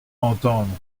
entendre